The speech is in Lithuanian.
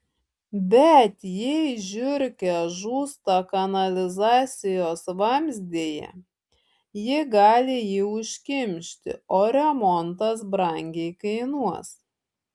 bet jei žiurkė žūsta kanalizacijos vamzdyje ji gali jį užkimšti o remontas brangiai kainuos